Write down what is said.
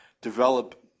develop